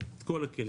את כל הכלים.